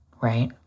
right